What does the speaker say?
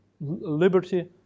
liberty